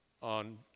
on